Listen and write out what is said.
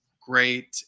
great